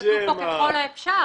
כתוב פה "ככל האפשר".